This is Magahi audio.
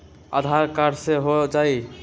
आधार कार्ड से हो जाइ?